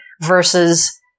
versus